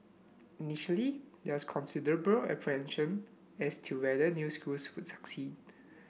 initially there is considerable apprehension as to whether new schools would succeed